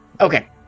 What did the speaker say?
Okay